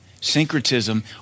Syncretism